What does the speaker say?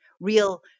real